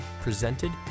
presented